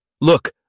Look